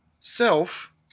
self